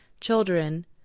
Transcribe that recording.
Children